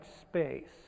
space